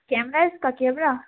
camera اِس کا camera